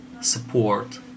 support